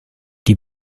die